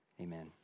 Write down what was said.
Amen